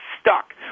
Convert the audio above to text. stuck